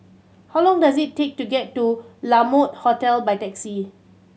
how long does it take to get to La Mode Hotel by taxi